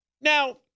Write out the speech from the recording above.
Now